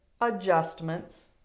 adjustments